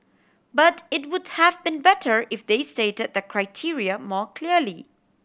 but it would have been better if they stated the criteria more clearly